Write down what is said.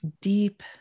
deep